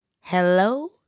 hello